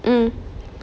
mm